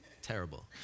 terrible